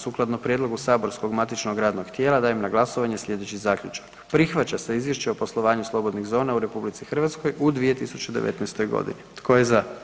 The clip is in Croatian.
Sukladno prijedlogu saborskog matičnog radnog tijela dajem na glasovanje slijedeći zaključak: Prihvaća se izvješće o poslovanju slobodnih zona u RH u 2019.g. Tko je za?